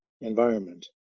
environment